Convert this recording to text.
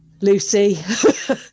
Lucy